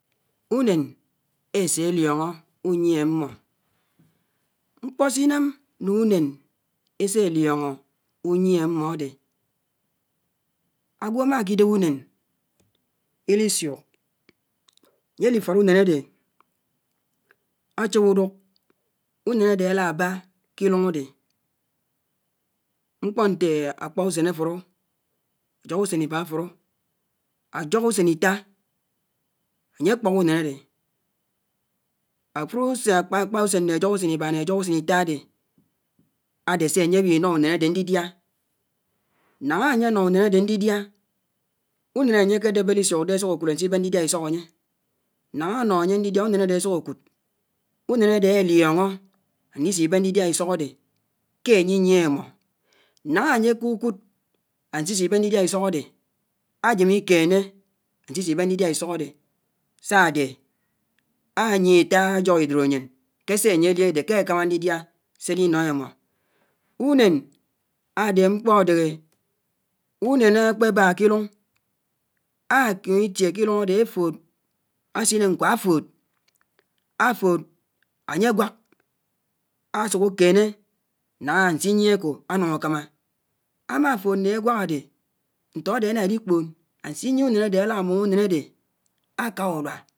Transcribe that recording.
Ùnén èsélíóñó ùyié ámmó, mkpó sínám nùnén ésélióñó ùnyié ámmó ádé, ágwò ámákidéb ùnén ùsùk. Ányélifód ùnén ádé áchin ùdùk, ùnén ádé álébá kilùñ ádé, mkpo ñté ákpá ùsén àfùró, ásók ùsén ádé, áfùró ùsén, ákpá ùsén né ájók ùsén íbá ñé ásók ùsén ítá ádé, ádésé ányé wínó ùnén ádé ñdidiá, náñá ányé nó ùnén ádé ñdidiá, ùnén ányé kédébé álísùk dé ásùk ákùd ànsíbén ñdidiá ísók ádé ké ányiyié émó, náñá ányé kùkùd ánsísí bén ñdidiá isók ádé, ájém íkéné ánsisi bén ndichá isók ádé sádé ányié átá ájók ídòrényin kese ányé li ádé ké ákámá ñdixhá sé alino émó, ùnén ádé mkpó ádéhé, ùnén ákpébá kilùn ákímítié kilùn ádé áfòd, ásíné ñkwá áfòd, áfòd ányé gwák ásùk ákéné náñá ñsíyíé ákò ánùñ ákámá, ámá fòd né ágwàk àdé, ñtó ádé éná élí kpòn, ánsíyié ùnén ádé álámùm ùnén ádé áká ùlùa.